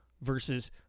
versus